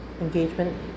engagement